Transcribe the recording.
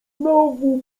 znowu